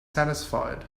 satisfied